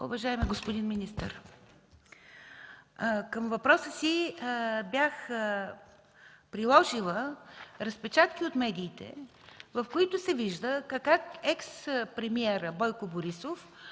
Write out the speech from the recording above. Уважаеми господин министър, към въпроса си бях приложила разпечатки от медиите, в които се вижда как експремиерът Бойко Борисов